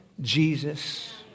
Jesus